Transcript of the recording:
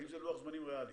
האם זה לוח זמנים ריאלי?